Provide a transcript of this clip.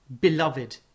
beloved